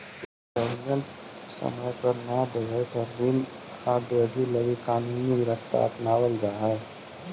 instalment समय पर न देवे पर ऋण अदायगी लगी कानूनी रास्ता अपनावल जा हई